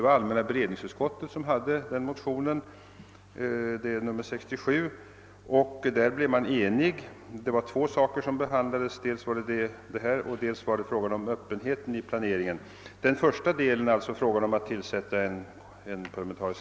Allmänna beredningsutskottet hade behandlat mo tionerna och redovisade resultatet i sitt utlåtande nr 67. Det gällde två ting — dels frågan om en parlamentarisk kommitté för riksplaneringen, dels frågan om öppenheten i planeringen.